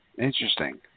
Interesting